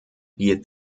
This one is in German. wir